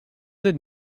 did